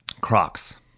crocs